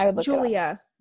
Julia